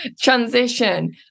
transition